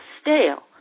stale